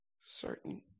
Certain